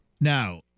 Now